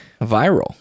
viral